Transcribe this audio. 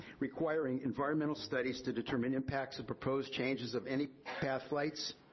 requiring environmental studies to determine impacts of proposed changes of any path flights,